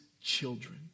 children